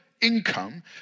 income